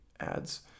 ads